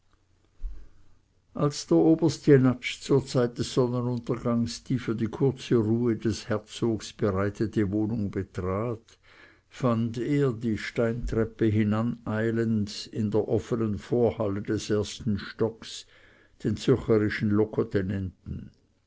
als der oberst jenatsch zur zeit des sonnenuntergangs die für die kurze ruhe des herzogs bereitete wohnung betrat fand er die steintreppe hinaneilend in der offenen vorhalle des ersten stockes den